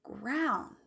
ground